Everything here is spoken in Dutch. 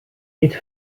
dit